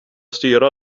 styra